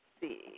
see